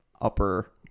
Upper